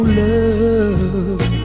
love